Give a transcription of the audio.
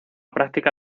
práctica